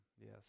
yes